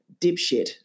dipshit